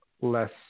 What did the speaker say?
less